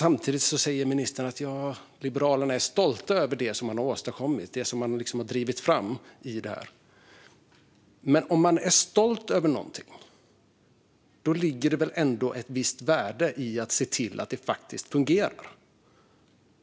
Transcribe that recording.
Samtidigt säger ministern att Liberalerna är stolta över det de åstadkommit och drivit fram. Om man är stolt över någonting ligger det väl ett visst värde i att se till att det faktiskt fungerar?